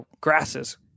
grasses